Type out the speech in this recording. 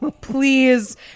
please